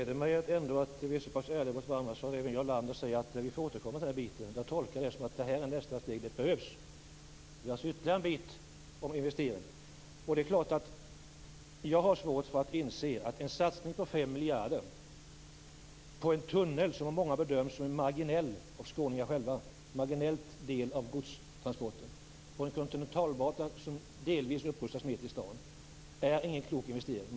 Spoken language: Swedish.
Herr talman! Det gläder mig att vi ändå är så pass ärliga mot varandra att Jarl Lander kan säga att vi får återkomma till den här biten. Jag tolkar det som att det är nästa steg som behövs, dvs. ytterligare en bit som gäller investering. Jag har förstås svårt att inse att en satsning på 5 miljarder kronor på en tunnel som av många - också av skåningar själva - bedöms vara en marginell del av godstransporterna på en kontinentalbana som delvis upprättas mitt i staden skulle vara en klok investering.